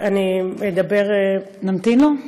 נמתין לו?